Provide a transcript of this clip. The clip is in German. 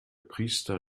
priester